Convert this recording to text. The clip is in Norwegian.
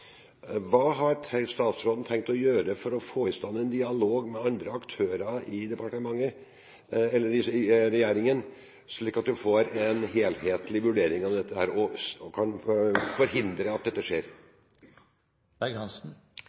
Hva har statsråden tenkt å gjøre for å få i stand en dialog med andre aktører i regjeringen, slik at vi får en helhetlig vurdering av dette og kan forhindre at det skjer?